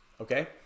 Okay